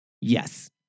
Yes